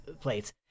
plates